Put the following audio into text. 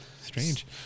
Strange